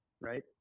right